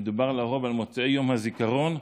מדובר לרוב על מוצאי יום הזיכרון,